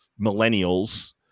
millennials